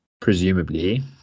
presumably